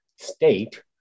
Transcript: state